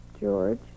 George